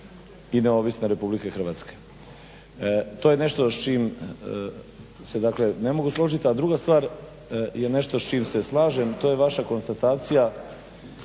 i neovisne Republike Hrvatske. To je nešto s čim se ne mogu složit. A druga stvar je nešto s čim se slažem, to je vaša konstatacija,